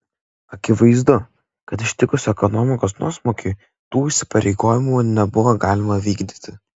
akivaizdu kad ištikus ekonomikos nuosmukiui tų įsipareigojimų nebuvo galima vykdyti